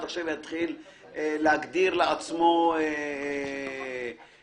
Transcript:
יהיה קושי לבצע אכיפה בסוגיה